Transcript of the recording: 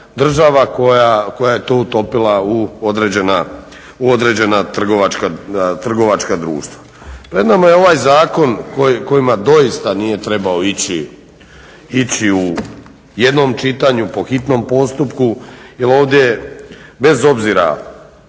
koja je to utopila u određena trgovačka društva. Pred nama je ovaj zakon kojima doista nije trebao ići u jednom čitanju, po hitnom postupku jel ovdje je bez obzira